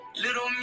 Little